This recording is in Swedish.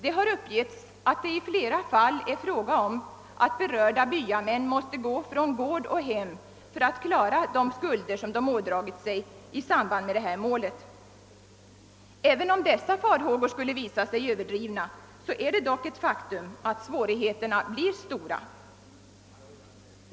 Det har uppgetts att det i flera fall är fråga om att berörda byamän måste gå från gård och hem för att klara de skulder som de ådragit sig i samband med det här målet. Även om dessa farhågor skulle visa sig överdrivna är det dock ett faktum att svårigheterna är stora.